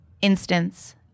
instance